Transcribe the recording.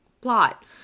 plot